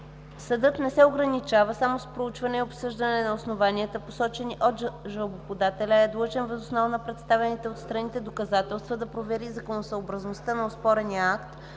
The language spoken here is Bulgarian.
Съдът не се ограничава само с проучване и обсъждане на основанията, посочени от жалбоподателя, а е длъжен въз основа на представените от страните доказателства да провери законосъобразността на оспорения акт,